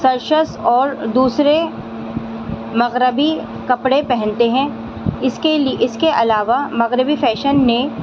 سرشش اور دوسرے مغربی کپڑے پہنتے ہیں اس کے اس کے علاوہ مغربی فیشن نے